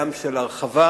גם של הרחבה,